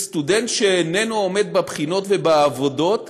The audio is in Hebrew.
וסטודנט שאיננו עומד בבחינות ובעבודות